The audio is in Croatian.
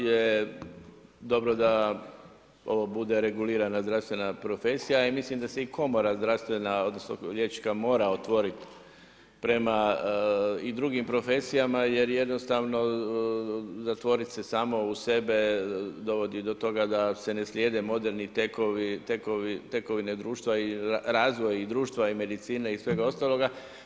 Slažem se da je dobro da ovo bude regulirana zdravstvena profesija i mislim da se i komora zdravstvena, odnosno liječnička mora otvoriti prema i drugim profesijama jer jednostavno zatvoriti se samo u sebe dovodi do toga da se ne slijede moderne tekovine društva i razvoj i društva i medicine i svega ostaloga.